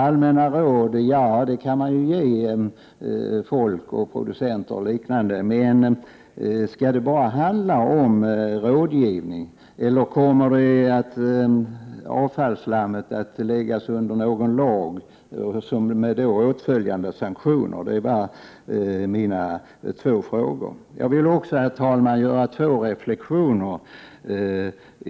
Allmänna råd kan man ju ge folk — producenter och liknande — men skall det bara handla om rådgivning, eller kommer det att lagregleras vad man får göra med avfallsslammet och kommer sanktioner att tillgripas vid brott mot lagen? Det är mina två frågor.